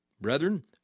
Brethren